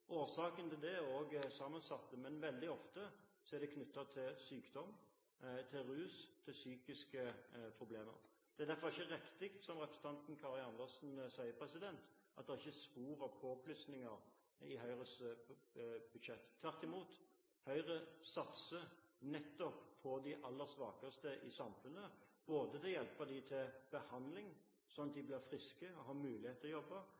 Årsakene til det er òg sammensatte, men veldig ofte er de knyttet til sykdom, rus eller psykiske problemer. Det er derfor ikke riktig når representanten Karin Andersen sier at det ikke er «spor av» påplussinger i Høyres budsjett. Tvert imot satser Høyre nettopp på de aller svakeste i samfunnet, både for å hjelpe dem til behandling sånn at de blir friske og har mulighet til å